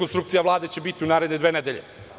Ona će biti u naredne dve nedelje.